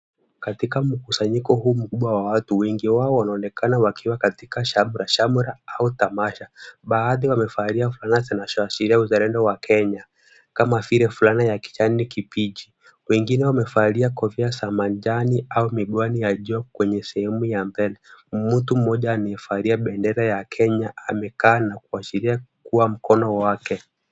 Katika mkusanyiko huu mkubwa wa watu. Wengi wao wanaonekana wakiwa katika shamrashamra au tamasha. Baadhi wamevalia fulana zinazoashiria uzalendo wa Kenya. Kama vile fulana ya kijani kibichi. Wengine wamevalia kofia za majani au miguani ya jua kwenye sehemu ya mbele, mtu mmoja amevalia bendera ya Kenya amekaa na kuashiria kwa mkono wake.